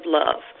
love